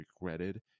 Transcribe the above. regretted